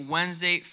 Wednesday